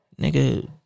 Nigga